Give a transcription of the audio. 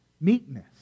Meekness